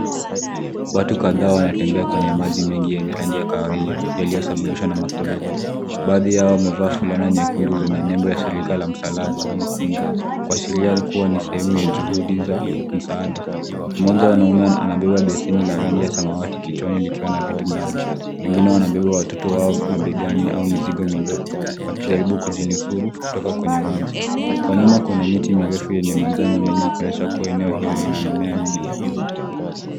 Watu kadhaa wanatembea kwenye maji yenye rangi ya kahawia yaliyo sababishwa na mafuriko. Baadhi yao wamevaa fulana nyekundu zenye nembo ya shirika la msalaba mwekundu kuashiria kuwa ni sehemu ya juhudi za msaada. Mwanzo mwanaume anabeba besheni la rangi ya samawati kichwani likiwa na vitu ndani. Wengine wanabeba watoto wao mabegani au mizigo midogo wakijaribu kujinusuru kutoka kwenye maji. Kwa nyuma kuna miti mirefu yenye majani mengi ikionyesha kuwa eneo hili lina mimea mingi.